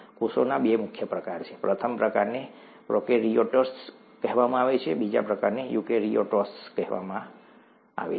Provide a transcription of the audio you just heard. કોષોના બે મુખ્ય પ્રકાર છે પ્રથમ પ્રકારને પ્રોકેરીયોટ્સ કહેવામાં આવે છે બીજા પ્રકારને યુકેરીયોટ્સ કહેવામાં આવે છે